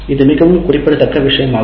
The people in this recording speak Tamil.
இது மிகவும் குறிப்பிடத்தக்க விஷயமாகும்